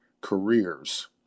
careers